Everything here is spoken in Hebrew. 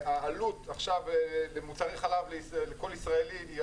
העלות של מוצרי חלב לכל ישראלי עכשיו היא